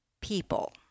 people